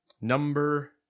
number